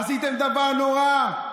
עשיתם דבר נורא.